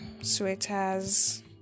sweaters